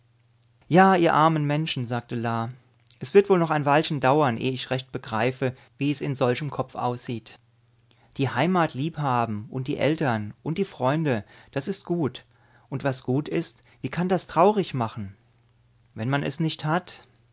ja ihr armen menschen sagte la es wird wohl noch ein weilchen dauern eh ich recht begreife wie es in solchem kopf aussieht die heimat liebhaben und die eltern und die freunde das ist gut und was gut ist wie kann das traurig machen wenn man es nicht hat